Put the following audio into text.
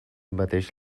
mateix